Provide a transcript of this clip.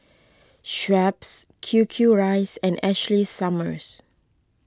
Schweppes Q Q Rice and Ashley Summers